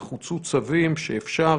הוצאו צווים שאפשר